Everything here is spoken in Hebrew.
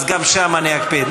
גם שם אני אקפיד.